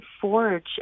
forge